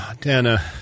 Dana